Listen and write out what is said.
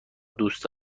دوست